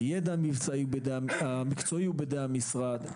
הידע המקצועי הוא בידי המשרד,